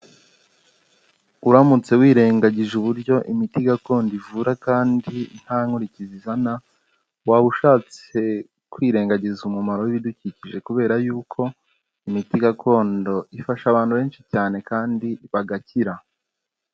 Uramutse wirengagije uburyo imiti gakondo ivura kandi nta nkurikizi izana waba ushatse kwirengagiza umumaro w'ibidukikije kubera yuko imiti gakondo ifasha abantu benshi cyane kandi bagakira.